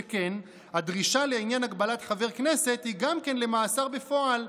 שכן הדרישה לעניין הגבלת חבר כנסת היא גם למאסר בפועל,